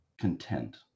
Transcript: content